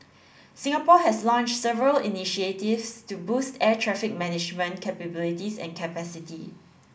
Singapore has launched several initiatives to boost air traffic management capabilities and capacity